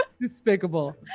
despicable